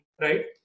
right